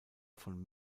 von